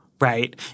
right